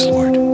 Lord